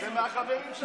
זה מהחברים שלך.